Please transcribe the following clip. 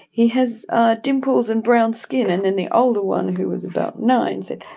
he has ah dimples and brown skin. and then the older one, who was about nine, said,